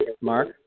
mark